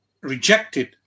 rejected